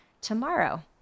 tomorrow